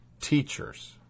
teachers